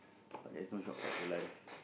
there's so shortcut to life